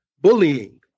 bullying